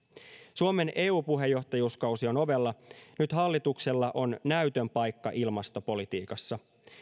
suomen eu puheenjohtajuuskausi on ovella nyt hallituksella on näytön paikka ilmastopolitiikassa